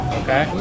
okay